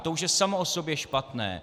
To už je samo o sobě špatné.